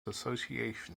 association